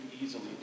easily